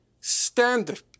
standard